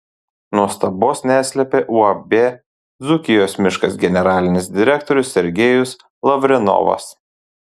nuostabos neslėpė uab dzūkijos miškas generalinis direktorius sergejus lavrenovas